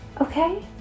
Okay